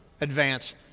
advance